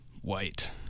white